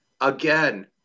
Again